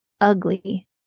ugly